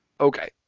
Okay